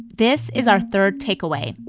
this is our third takeaway.